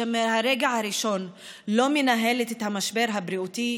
שמהרגע הראשון לא מנהלת את המשבר הבריאותי,